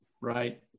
Right